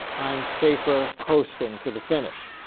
i'm safer coasting to the finish.